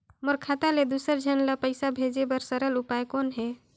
मोर खाता ले दुसर झन ल पईसा भेजे बर सरल उपाय कौन हे?